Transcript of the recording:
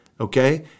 Okay